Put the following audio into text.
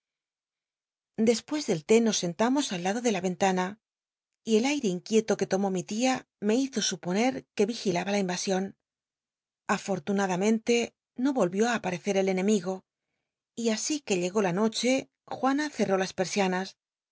despues del té nos sentamos al lado de la ventana y el aire inquieto que tomó mi tia me hizo suponer que vigilaba la invasion afortunadamente no volvió á aparecer el enemigo y así c uc llegó la noche juana cel'l'ó las persianas